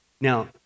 Now